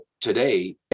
today